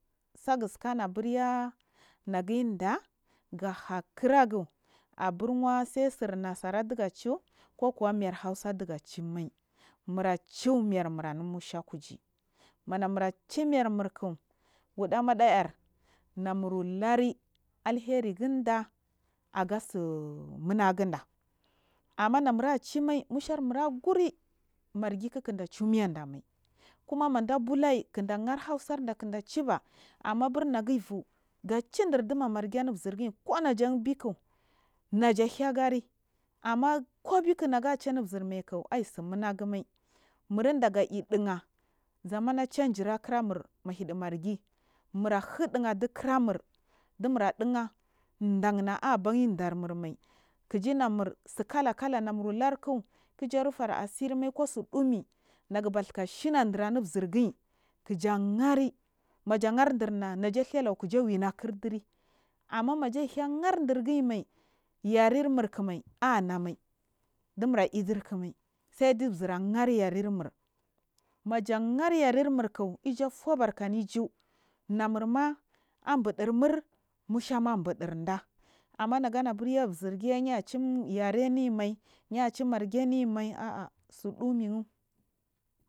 Sagusikana burya nagirda ga har kirigu aburwa tsan birnasara diya ci ko kuwa mar hausa cligie mai muni cimairmu am mucha ar mushaa mamula cimal rurk wudamada or nanulauriall henginda agatsu munagu gumds smmd nsnurs eimsi murs guri man gik kindscibamai muma meda bu layi kindahar hausands kinds ciba aburwa negifhiw cidirdi memagigi ni zigicing kwanajan bik najashy gari amma kubiko naga cimai anuzirmaik aisunuwa gumai muriga idigus zaman a changi arkiramur malidimargi murahu diga chikaramur chumura diga ɗan na aiy ben ɗamum mai kijinamur tsuki lakals num waurk yu rufar asirimai kusn dhhumi naguba tsika shins dira nizirgi kija hari maja hardima naja he laugu kiya wunakir diri amms maja heing ghadirgimai yarermurknai anamai. Dimura idirikmai tsaidu zir aghayare nur maja gheyeremurk ja fubarka anu iju nanurma abudi umur mushama anbudurds amin managinu zirgiya yachimai yeremimai yecremimai yecimargimimai.